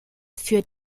führt